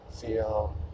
feel